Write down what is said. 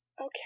Okay